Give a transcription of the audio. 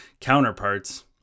counterparts